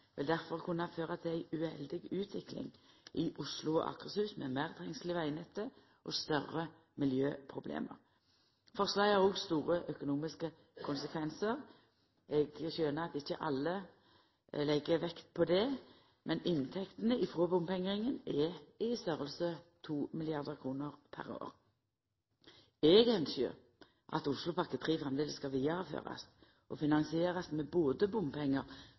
vil difor kunna føra til ei uheldig utvikling i Oslo og Akershus med meir trengsel i vegnettet og større miljøproblem. Forslaget har òg store økonomiske konsekvensar. Eg skjønar at ikkje alle legg vekt på det, men inntektene frå bompengeringen er i størrelsesorden 2 mrd. kr per år. Eg ynskjer at Oslopakke 3 framleis skal vidareførast og finansierast med både bompengar